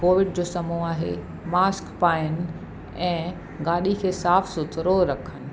Covid जो समय आहे मास्क पाइण ऐं गाॾी खे साफ़ सुथरो रखनि